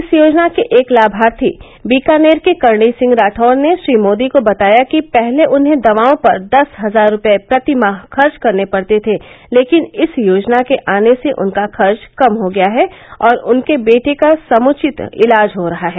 इस योजना के एक लाभार्थी बीकानेर के करणी सिंह राठौड़ ने श्री मोदी को बताया कि पहले उन्हें दवाओं पर दस हजार रूपये प्रति माह खर्च करने पड़ते थे लेकिन इस योजना के आने से उनका खर्च कम हो गया है और उनके बेटे का समुचित इलाज हो रहा है